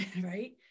right